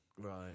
Right